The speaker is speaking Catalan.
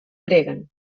preguen